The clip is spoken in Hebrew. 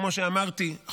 כמו שאמרתי,